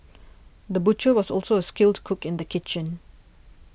the butcher was also a skilled cook in the kitchen